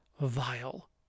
vile